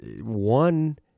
one